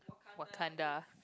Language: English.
Wakanda